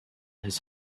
his